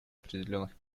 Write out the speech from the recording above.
определенных